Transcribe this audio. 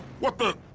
what the?